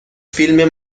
فیلم